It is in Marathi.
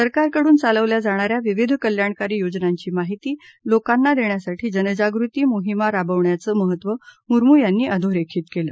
सरकारकडून चालवल्या जाणाऱ्या विविध कल्याणकारी योजनांची माहिती लोकांनी देण्यासाठी जनजागृती मोहीमा राबवण्याचं महस्व मुर्मू यांनी अधोरेखित केलं